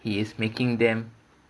he is making them